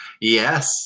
Yes